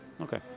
Okay